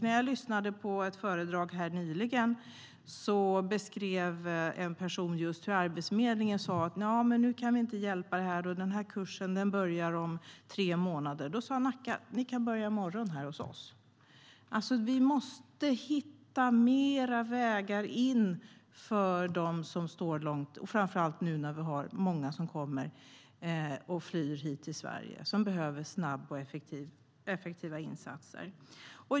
När jag lyssnade på ett föredrag nyligen beskrev en person just hur Arbetsförmedlingen sa att nja, nu kan vi inte hjälpa er här, och den här kursen börjar om tre månader. Då sa Nacka: Ni kan börja i morgon här hos oss! Vi måste hitta fler vägar in, framför allt nu när vi har många som flyr hit till Sverige och behöver snabba och effektiva insatser.